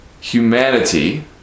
humanity